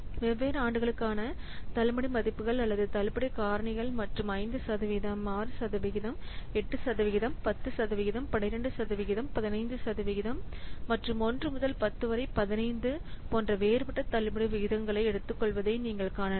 வெவ்வேறு ஆண்டுகளுக்கான தள்ளுபடி மதிப்புகள் அல்லது தள்ளுபடி காரணிகள் மற்றும் 5 சதவிகிதம் 6 சதவிகிதம் 8 சதவிகிதம் 10 சதவிகிதம் 12 சதவிகிதம் 15 சதவிகிதம் மற்றும் 1 முதல் 10 வரை 15 போன்ற வேறுபட்ட தள்ளுபடி விகிதங்களை எடுத்துக்கொள்வதை நீங்கள் காணலாம்